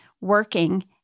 working